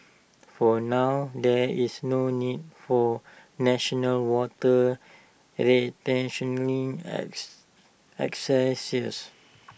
for now there is no need for national water rationing exercises